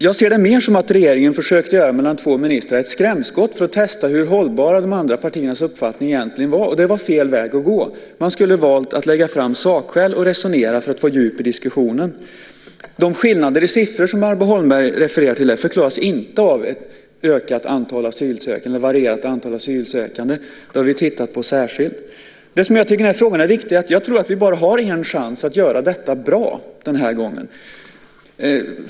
Jag ser det närmast som att regeringen mellan två ministrar försökt sig på ett skrämskott för att testa hur hållbara de andra partiernas uppfattningar egentligen är. Det var fel väg att gå. Man skulle ha valt att lägga fram sakskäl och att resonera för att få djup på diskussionen. De skillnader i siffror som Barbro Holmberg refererar till förklaras inte av ett varierat antal asylsökande. Det har vi tittat på särskilt. Jag tror att vi har bara en chans att göra detta bra den här gången.